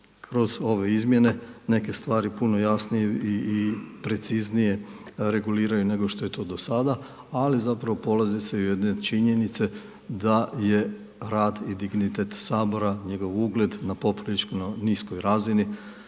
kroz ove izmjene neke stvari puno jasnije i preciznije reguliraju nego što je to do sada ali zapravo polazi se od jedne činjenica da je rad i dignitet Sabora, njegov ugled na poprilično niskoj razini